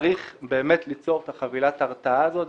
צריך באמת ליצור את חבילת ההרתעה הזו,